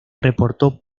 reportó